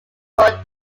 there